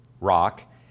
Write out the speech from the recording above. rock